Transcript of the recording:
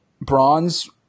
bronze